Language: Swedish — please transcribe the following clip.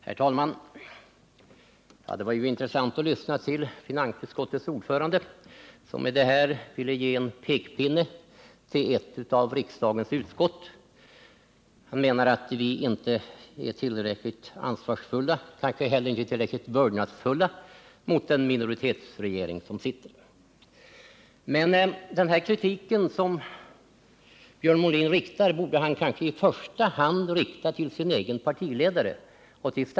Herr talman! Det var intressant att lyssna till finansutskottets ordförande, som med sitt inlägg ville ge en pekpinne till ett av riksdagens utskott. Han menar att vi inte är tillräckligt ansvarsfulla, kanske inte heller tillräckligt vördnadsfulla mot den sittande minoritetsregeringen. Men den kritik som Björn Molin riktar mot oss borde han i första hand rikta till sin egen partiledare.